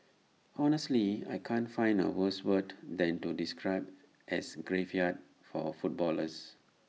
honestly I can't find A worse word than to describe as A graveyard for footballers